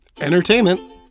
entertainment